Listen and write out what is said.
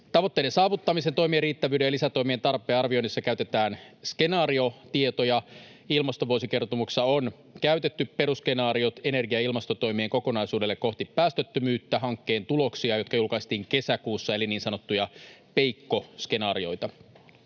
Tavoitteiden saavuttamisen, toimien riittävyyden ja lisätoimien tarpeen arvioinnissa käytetään skenaariotietoja. Ilmastovuosikertomuksessa on käytetty Perusskenaariot energia- ja ilmastotoimien kokonaisuudelle kohti päästöttömyyttä -hankkeen tuloksia, jotka julkaistiin kesäkuussa, eli niin sanottuja PEIKKO-skenaarioita.